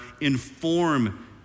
inform